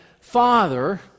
Father